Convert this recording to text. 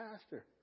pastor